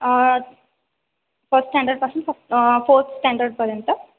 first standard पासून fourth standard पर्यंत